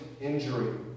injury